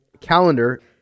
calendar